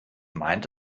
meint